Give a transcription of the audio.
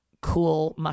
cool